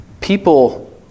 people